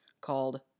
called